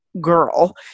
girl